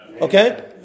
okay